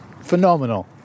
phenomenal